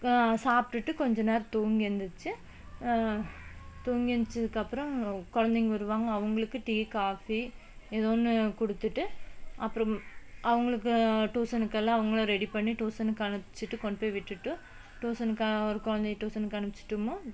சாப்பிட்டுட்டு கொஞ்ச நேரம் தூங்கி எழுந்திரிச்சி தூங்கி எழுஞ்சதுக்கப்பறோம் குழந்தைங்க வருவாங்க அவங்குளுக்கு டீ காபி எதோ ஒன்று கொடுத்துட்டு அப்புறம் அவங்குளுக்கு டூசனுக்கெல்லாம் அவங்கள ரெடி பண்ணி டூசனுக்கு அனுப்பிச்சிட்டு கொண்டு போய் விட்டுட்டு டூசனுக்கு ஒரு குழந்தைய டூசனுக்கு அனுப்பிச்சுட்டமோ